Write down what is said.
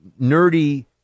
nerdy